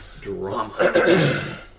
drama